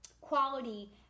quality